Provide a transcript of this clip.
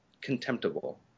contemptible